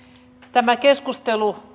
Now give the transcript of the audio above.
tämä keskustelu